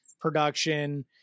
production